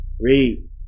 Read